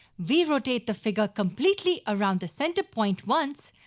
we rotate the figure completely around the center point once,